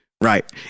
right